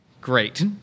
Great